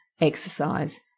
exercise